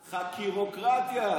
חקירוקרטיה,